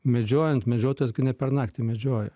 medžiojant medžiotojas gi ne per naktį medžioja